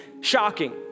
shocking